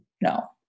No